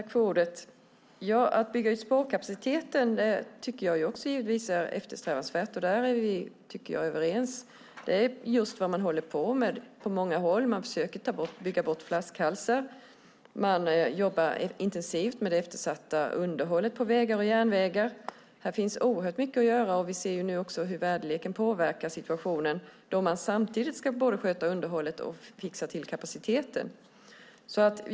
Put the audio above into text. Herr talman! Att bygga ut spårkapaciteten tycker jag givetvis är eftersträvansvärt. Där är vi överens. Det håller man också på med på många håll. Man försöker bygga bort flaskhalsar. Man jobbar intensivt med det eftersatta underhållet på vägar och järnvägar. Här finns oerhört mycket att göra. Nu ser vi dessutom hur väderleken påverkar situationen när man samtidigt både ska sköta underhållet och fixa till kapaciteten.